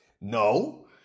No